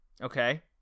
okay